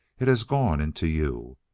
it has gone into you.